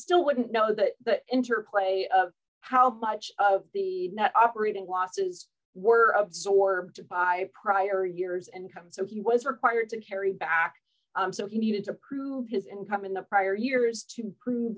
still wouldn't know the interplay of how much of the operating losses were absorbed by prior years and come so he was required to carry back so he needed to prove his income in the prior years to prove